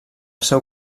seu